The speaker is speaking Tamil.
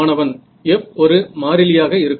மாணவன் F ஒரு மாறிலியாக இருக்கும்